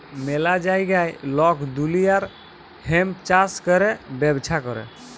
ম্যালা জাগায় লক দুলিয়ার হেম্প চাষ ক্যরে ব্যবচ্ছা ক্যরে